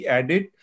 added